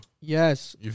Yes